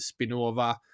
Spinova